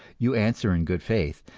you answer in good faith,